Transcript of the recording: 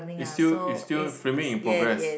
is still is still filming in progress